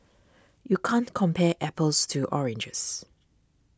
you can't compare apples to oranges